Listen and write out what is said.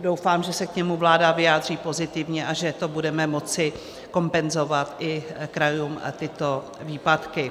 Doufám, že se k němu vláda vyjádří pozitivně a že to budeme moci kompenzovat i krajům, tyto výpadky.